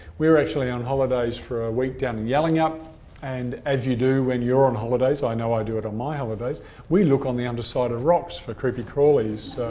we were actually on holidays for a week down in yallingup and as you do when you're on holidays i know i do it on my holidays we look on the underside of rocks for creepy crawlies.